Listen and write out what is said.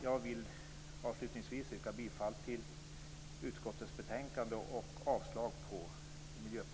Jag vill avslutningsvis yrka bifall till hemställan i utskottets betänkande och avslag på